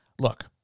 Look